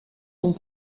sont